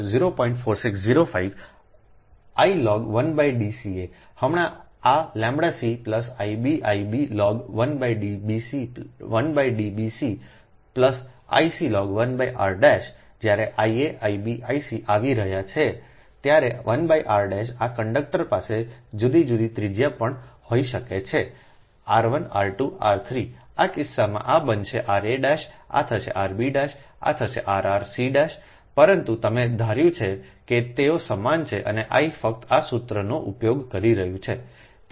4605 I log 1 D ca હમણાં આʎc I b I b log 1 D b c 1D b c I c log 1 r જ્યારે I a I b I c આવી રહ્યો છું 1 r આ conductor પાસે જુદી જુદી ત્રિજ્યા પણ હોઈ શકે છે r 1 r 2 r 3 આ કિસ્સામાં આ બનશે ra આ થશે rb આ થશે rr c પરંતુ તમે ધાર્યું છે કે તેઓ સમાન છે અને I ફક્ત આ સૂત્રનો ઉપયોગ કરી રહ્યો છું